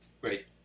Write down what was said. great